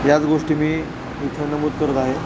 याच गोष्टी मी इथं नमूद करत आहे